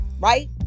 right